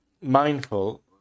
mindful